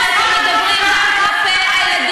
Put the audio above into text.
כשאתם מדברים כלפי החיילים תזכרו שאתם